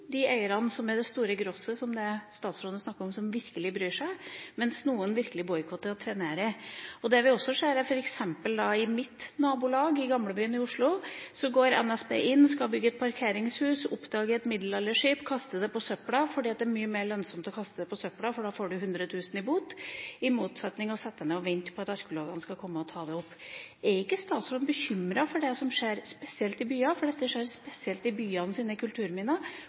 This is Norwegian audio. de eierne som er det store grosset som statsråden snakker om – de som virkelig bryr seg – mens noen virkelig boikotter og trenerer. Det vi også ser, f.eks. i mitt nabolag i Gamlebyen i Oslo, er at NSB går inn og skal bygge et parkeringshus, oppdager et middelalderskip og kaster det i søpla, fordi det er mye mer lønnsomt å kaste det i søpla, for da får du 100 000 i bot – i motsetning til å sette seg ned og vente på at arkeologene skal komme og ta det opp. Er ikke statsråden bekymret for det som skjer, spesielt i byene? Dette skjer spesielt i forbindelse med byenes kulturminner,